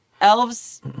Elves